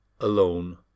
alone